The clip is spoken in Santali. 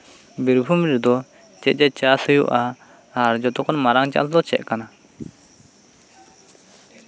ᱵᱤᱨᱵᱷᱩᱢ ᱨᱮᱫᱚ ᱪᱮᱫ ᱪᱮᱫ ᱪᱟᱥ ᱦᱳᱭᱳᱜᱼᱟ ᱟᱨ ᱡᱷᱚᱛᱚ ᱠᱷᱚᱱ ᱢᱟᱨᱟᱝ ᱪᱟᱥ ᱫᱚ ᱪᱮᱫ ᱠᱟᱱᱟ